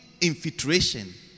infiltration